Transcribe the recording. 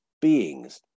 beings